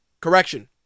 Correction